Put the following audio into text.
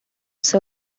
seu